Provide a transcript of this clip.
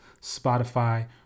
Spotify